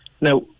Now